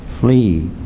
flee